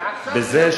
אגבאריה,